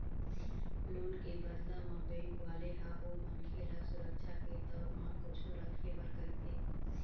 loan के बदला म बेंक वाले ह ओ मनखे ल सुरक्छा के तौर म कुछु रखे बर कहिथे